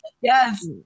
Yes